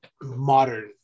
modern